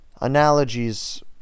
analogies